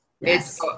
Yes